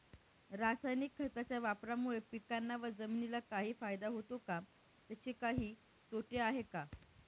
रासायनिक खताच्या वापरामुळे पिकांना व जमिनीला काही फायदा होतो का? त्याचे काही तोटे आहेत का?